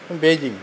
Beijing